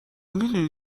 میدونی